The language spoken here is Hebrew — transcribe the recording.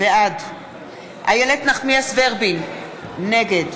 בעד איילת נחמיאס ורבין, נגד